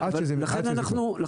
עד שזה יהיה.